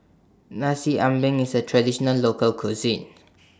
Nasi Ambeng IS A Traditional Local Cuisine